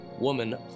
woman